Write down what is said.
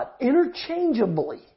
interchangeably